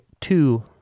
two